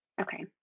Okay